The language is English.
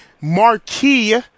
marquee